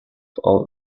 all